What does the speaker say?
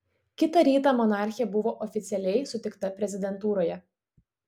kitą rytą monarchė buvo oficialiai sutikta prezidentūroje